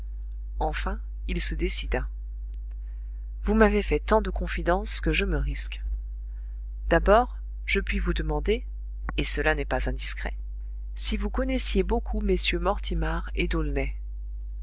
enfin il se décida vous m'avez fait tant de confidences que je me risque d'abord je puis vous demander et cela n'est pas indiscret si vous connaissiez beaucoup mm mortimar et